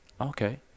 okay